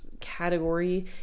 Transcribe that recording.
category